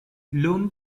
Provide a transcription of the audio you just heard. lone